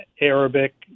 Arabic